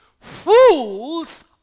fools